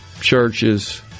churches